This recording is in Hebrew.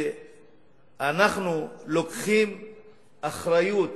ואנחנו לוקחים אחריות